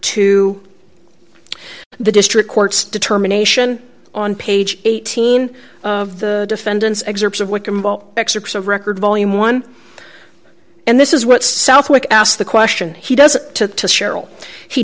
to the district court's determination on page eighteen of the defendant's excerpts of what excerpts of record volume one and this is what southwick asked the question he does it to cheryl he